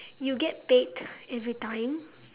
you get paid every time